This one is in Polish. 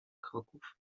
kroków